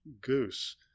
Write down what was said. goose